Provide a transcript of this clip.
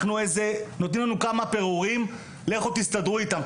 נותנים לנו כמה פירורים לכו תסתדרו איתם,